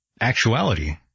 actuality